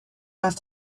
must